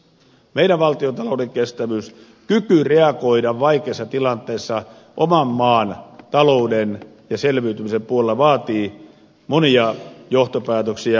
meidän valtiontalouden kestävyys kyky reagoida vaikeissa tilanteissa oman maan talouden ja selviytymisen puolella vaatii monia johtopäätöksiä